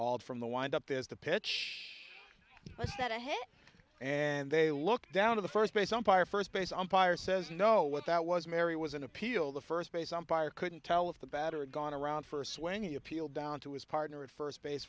all from the wind up is the pitch i step ahead and they look down at the first base umpire first base umpire says no what that was mary was an appeal the first base umpire couldn't tell if the batter gone around for a swinging appeal down to his partner at first base